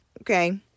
okay